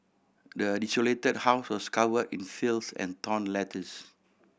the desolated house was covered in filth and torn letters